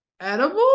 edible